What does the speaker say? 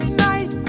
night